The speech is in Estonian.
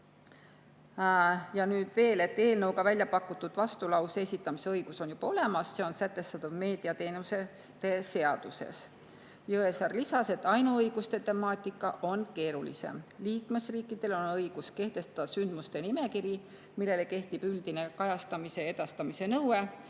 Ja nüüd veel, eelnõuga väljapakutud vastulause esitamise õigus on juba olemas, see on sätestatud meediateenuste seaduses. Jõesaar lisas, et ainuõiguste temaatika on keerulisem. Liikmesriikidel on õigus kehtestada sündmuste nimekiri, millele kehtib üldine kajastamise ja edastamise nõue,